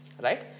right